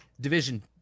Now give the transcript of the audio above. Division